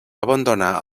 abandonar